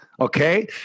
okay